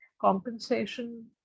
compensation